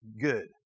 good